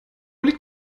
liegt